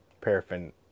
paraffin